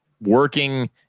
working